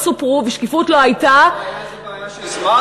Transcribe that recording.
סיפרת לי שנפלת